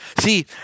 See